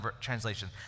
translation